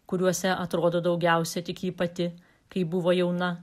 kuriuose atrodo daugiausia tik ji pati kai buvo jauna